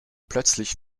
plötzlich